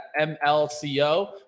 MLCO